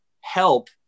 help